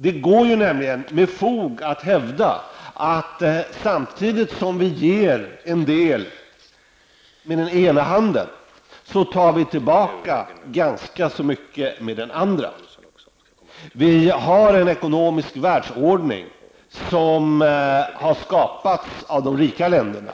Det går nämligen med fog att hävda att samtidigt som vi ger en del med den ena handen, tar vi tillbaka ganska så mycket med den andra. Vi har en ekonomisk världsordning som har skapats av de rika länderna